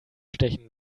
stechen